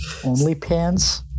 OnlyPants